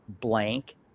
blank